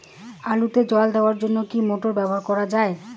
আলুতে জল দেওয়ার জন্য কি মোটর ব্যবহার করা যায়?